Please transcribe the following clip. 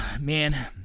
man